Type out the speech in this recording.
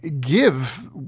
give